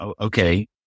okay